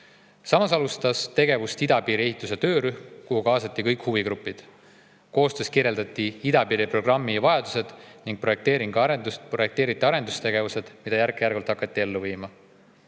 Samas alustas tegevust idapiiri ehituse töörühm, kuhu kaasati kõik huvigrupid. Koostöös kirjeldati idapiiri programmi vajadused ning projekteeriti arendustegevused, mida hakati järk-järgult ellu viima.